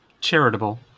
charitable